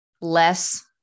less